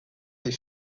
des